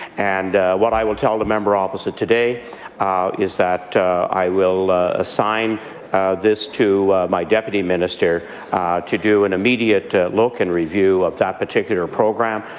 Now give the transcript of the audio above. and what i will tell the member opposite today is that i will assign this to my deputy minister to do an immediate look and review of that particular program,